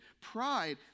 Pride